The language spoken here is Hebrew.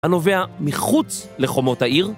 הנובע מחוץ לחומות העיר,